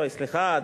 סליחה.